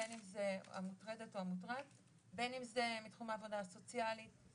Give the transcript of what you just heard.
בין אם זה מתחום העבודה הסוציאלית -- בסדר,